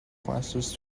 classes